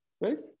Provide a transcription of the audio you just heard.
right